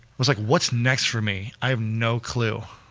was like what's next for me, i have no clue.